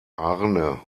arne